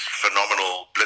Phenomenal